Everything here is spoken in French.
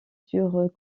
sur